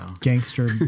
gangster